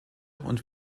und